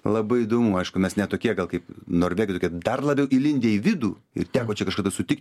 labai įdomu aišku mes ne tokie kaip norvegai tokie dar labiau įlindę į vidų ir teko čia kažkada sutikti